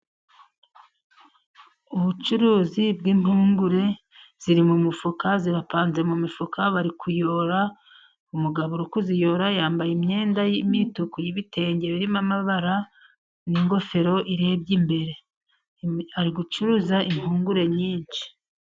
Ubucuruzi bw'impungure ziri mu mufuka, zirapanze mu mifuka bari kuyora. Umugabo uri kuziyora yambaye imyenda y'imituku y'ibitenge birimo amabara, n'ingofero irebye imbere, ari gucuruza impungure nyinshi.